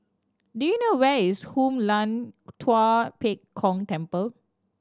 do you know where is Hoon Lam Tua Pek Kong Temple